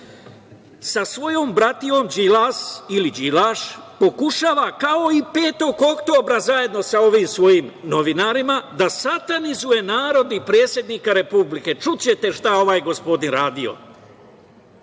Sa svojom bratijom Đilas ili "Đilaš" pokušava kao i 5. oktobra zajedno sa ovim svojim novinarima da satanizuje narod i predsednika Republike, čućete šta je ovaj gospodin radio,